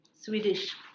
Swedish